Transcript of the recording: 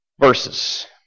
verses